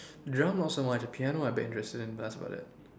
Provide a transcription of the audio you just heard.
drum also and the piano I'd be interested that's about it